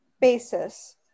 basis